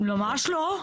ממש לא.